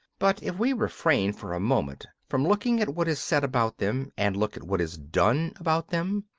but if we refrain for a moment from looking at what is said about them and look at what is done about them,